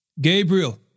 Gabriel